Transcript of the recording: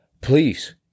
please